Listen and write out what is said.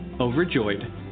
overjoyed